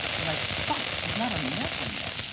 i'm like, fuck, he's not on an airplane yet!